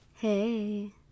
Hey